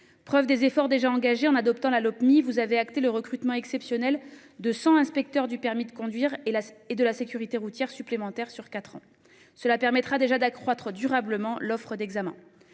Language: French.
du ministère de l'intérieur (Lopmi), vous avez acté le recrutement exceptionnel de 100 inspecteurs du permis de conduire et de la sécurité routière supplémentaires sur quatre ans. Cela permettra déjà d'accroître durablement l'offre d'examens.